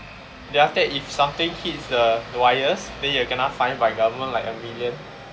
then after that if something hits the wires then you kena fined by government like a million yup